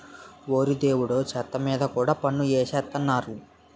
ఓరి దేవుడో చెత్త మీద కూడా పన్ను ఎసేత్తన్నారు